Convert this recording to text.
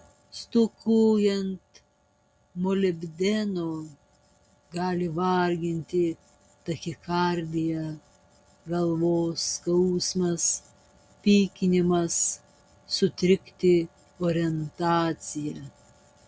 stokojant molibdeno gali varginti tachikardija galvos skausmas pykinimas sutrikti orientacija